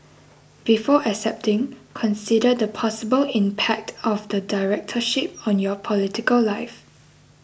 before accepting consider the possible impact of the directorship on your political life